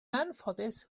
anffodus